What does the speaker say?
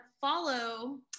follow